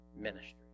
ministry